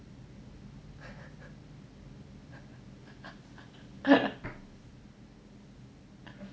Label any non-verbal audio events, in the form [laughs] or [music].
[laughs]